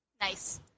Nice